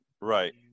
Right